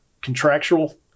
Contractual